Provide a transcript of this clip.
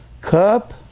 Cup